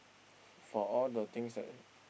for all the things that